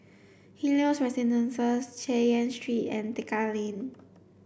Helios Residences Chay Yan Street and Tekka Lane